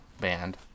band